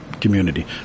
community